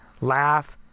laugh